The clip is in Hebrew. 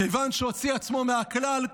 כיוון "שהוציא עצמו מהכלל,